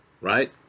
right